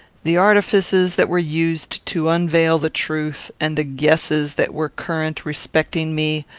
the artifices that were used to unveil the truth, and the guesses that were current respecting me,